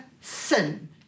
sin